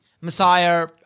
Messiah